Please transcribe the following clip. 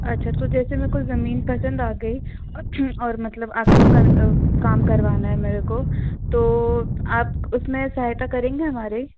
अच्छा तो जैसे मे को ज़मीन पसंद आ गई और मतलब आ कर जो काम काम करवाना है मेरे को तो आप उसमें सहायता करेंगे हमारी